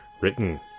written